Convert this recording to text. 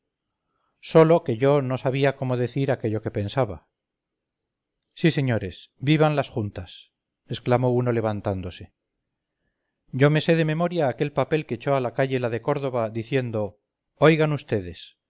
sólo que yo no sabía cómo decir aquello que pensaba sí señores vivan las juntas exclamó uno levantándose yo me sé de memoria aquel papel que echó a la calle la de córdoba diciendo oigan ustedes